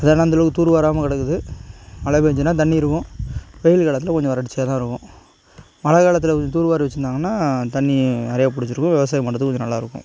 அது ஆனால் அந்தளவுக்கு தூர்வாராமல் கிடக்குது மழை பேஞ்சுதுன்னா தண்ணி இருக்கும் வெயில் காலத்தில் கொஞ்சம் வறட்சியாக தான் இருக்கும் மழை காலத்தில் கொஞ்சம் தூர்வாரி வச்சுருந்தாங்கன்னா தண்ணி நிறையா பிடிச்சிருக்கும் விவசாயம் பண்ணுறதுக்கு கொஞ்சம் நல்லா இருக்கும்